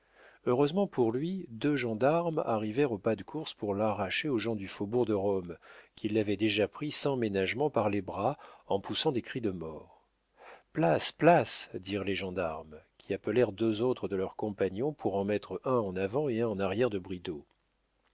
heureusement pour lui deux gendarmes arrivèrent au pas de course pour l'arracher aux gens du faubourg de rome qui l'avaient déjà pris sans ménagement par les bras en poussant des cris de mort place place dirent les gendarmes qui appelèrent deux autres de leurs compagnons pour en mettre un en avant et un en arrière de bridau